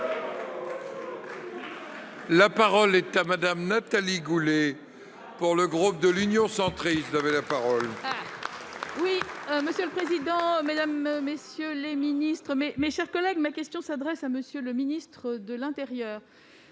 La parole est à Mme Nathalie Goulet, pour le groupe Union Centriste.